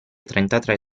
trentatré